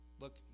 Look